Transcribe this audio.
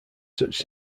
such